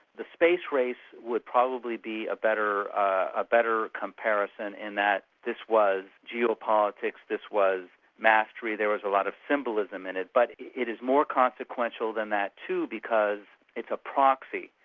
the space race would probably be a better a better comparison, in that this was geopolitics, this was mastery there was a lot of symbolism in it. but it is more consequential than that too, because it's a proxy.